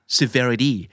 severity